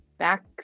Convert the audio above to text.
Back